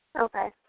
Okay